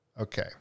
Okay